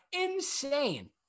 insane